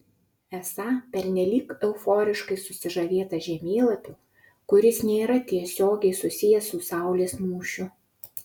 esą pernelyg euforiškai susižavėta žemėlapiu kuris nėra tiesiogiai susijęs su saulės mūšiu